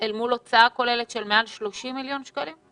אל מול הוצאה כוללת של מעל 30 מיליון שקלים?